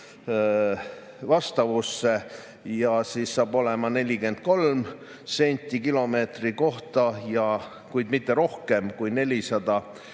vastavusse, ja siis hakkab see olema 43 senti kilomeetri kohta, kuid mitte rohkem kui 400